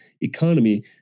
Economy